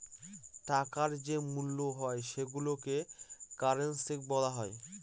টাকার যে মূল্য হয় সেইগুলোকে কারেন্সি বলা হয়